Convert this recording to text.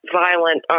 violent